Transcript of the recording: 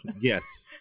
yes